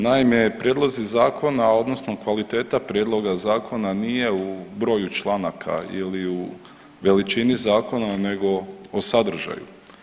Naime, prijedlozi zakona, odnosno kvaliteta prijedloga zakona nije u broju članaka ili u veličini zakona nego u sadržaju.